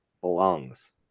belongs